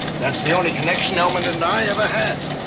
that's the only connection ellman and i ever had.